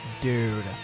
dude